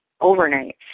overnight